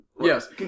Yes